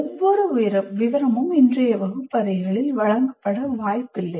ஒவ்வொரு விவரமும் இன்றைய வகுப்பறைகளில் வழங்கப்பட வாய்ப்பில்லை